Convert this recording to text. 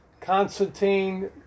Constantine